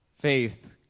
faith